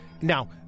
Now